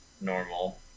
normal